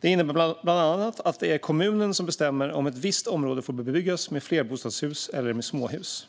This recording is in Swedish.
Detta innebär bland annat att det är kommunen som bestämmer om ett visst område får bebyggas med flerbostadshus eller med småhus.